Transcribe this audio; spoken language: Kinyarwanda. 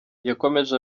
yakomeje